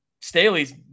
Staley's